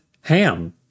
ham